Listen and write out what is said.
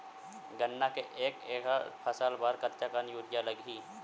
गन्ना के एक एकड़ फसल बर कतका कन यूरिया लगही?